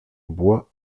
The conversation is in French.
bois